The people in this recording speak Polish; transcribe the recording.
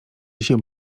się